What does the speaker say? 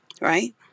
right